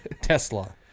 Tesla